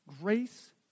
Grace